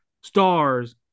stars